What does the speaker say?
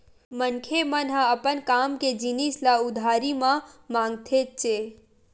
मनखे मन ह अपन काम के जिनिस ल उधारी म मांगथेच्चे